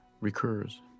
recurs